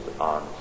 on